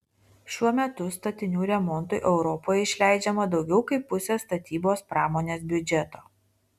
šiuo metu statinių remontui europoje išleidžiama daugiau kaip pusė statybos pramonės biudžeto